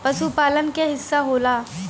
पसुपालन क हिस्सा होला